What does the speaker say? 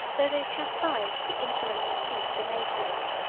though they chastised the insolent pursuit of the magians,